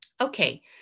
Okay